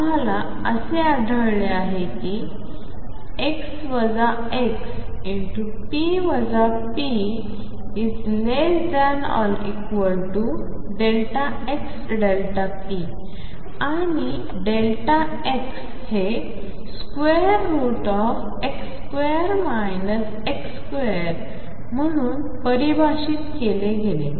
आम्हाला असे आढळले आहे की ⟨x ⟨x⟩p ⟨p⟩⟩≤ΔxΔp आणि x हे ⟨x2 ⟨x⟩2⟩ म्हणून परिभाषित केले गेले